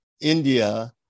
India